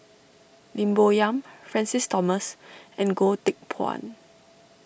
Lim Bo Yam Francis Thomas and Goh Teck Phuan